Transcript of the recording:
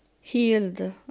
healed